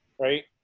right